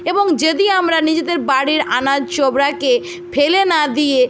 এবং যদি আমরা নিজেদের বাড়ির আনাজ চোবড়াকে ফেলে না দিয়ে